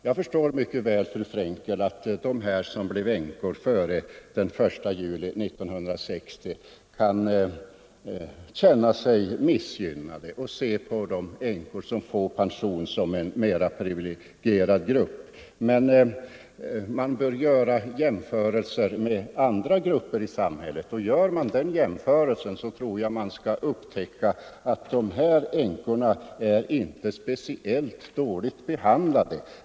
Jag förstår mycket väl, fru Frenkel, att de som blev änkor före den 1 juli 1960 kan känna sig missgynnade och betrakta de änkor som får pension som en mera privilegierad grupp. Men man bör också göra jämförelser med andra grupper i samhället, och då tror jag man upptäcker att de här änkorna inte är speciellt dåligt behandlade.